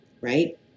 Right